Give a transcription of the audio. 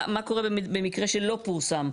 מה קורה במקרה שלא פורסם?